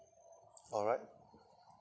alright